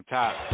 top